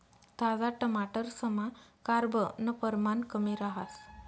ताजा टमाटरसमा कार्ब नं परमाण कमी रहास